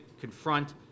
confront